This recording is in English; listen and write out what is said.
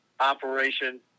operation